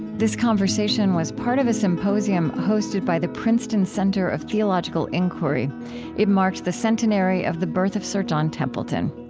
this conversation was part of a symposium hosted by the princeton center of theological inquiry it marked the centenary of the birth of sir john templeton.